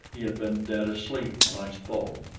he had been dead asleep when i spoke.